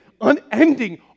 unending